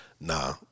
nah